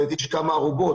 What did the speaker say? אם יש כמה ארובות,